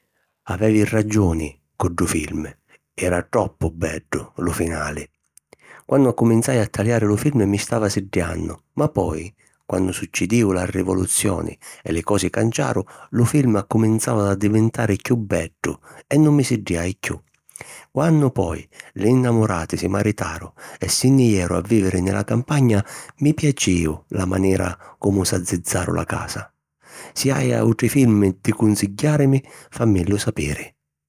Avevi raggiuni cu ddu film. Era troppu beddu lu finali. Quannu accuminzai a taliari lu film mi stava siddiannu, ma poi, quannu succidìu la rivoluzioni e li cosi canciaru, lu film accuminzàu ad addivintari chiù beddu e nun mi siddiai chiù. Quannu poi li nnamurati si maritaru e si nni jeru a vìviri nni la campagna, mi piacìu la manera comu s'azzizzaru la casa. Si hai àutri film di cunsigghiàrimi, fammillu sapiri.